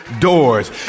doors